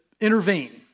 intervene